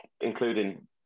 including